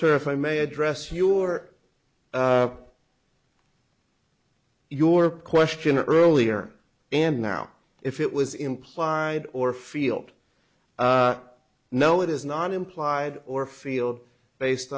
turf i may address your your question earlier and now if it was implied or field no it is not implied or field based